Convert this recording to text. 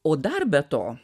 o dar be to